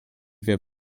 wir